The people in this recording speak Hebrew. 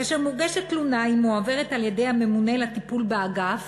כאשר מוגשת תלונה היא מועברת על-ידי הממונה לטיפול באגף